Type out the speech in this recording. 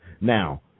Now